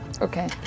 Okay